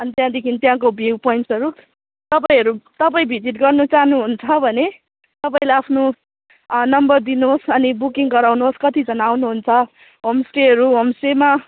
अनि त्यहाँदेखि त्यहाँको भ्यू पोइन्ट्सहरू तपाईँहरू तपाईँ भिजिट गर्नु चाहनुहुन्छ भने तपाईँले आफ्नो नम्बर दिनुहोस् अनि बुकिङ गराउनुहोस् कतिजना आउनुहुन्छ होमस्टेहरू होमस्टेमा